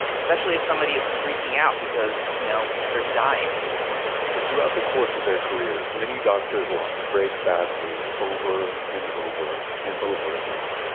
especially if somebody is freaking out because you know they're dying and throughout the course of their careers, many doctors will have to break bad news over and over and over again.